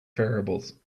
variables